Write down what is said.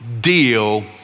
deal